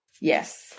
Yes